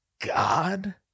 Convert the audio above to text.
God